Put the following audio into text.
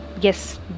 Yes